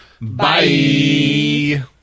Bye